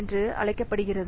என்று அழைக்கப்படுகிறது